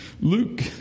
Luke